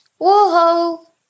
Whoa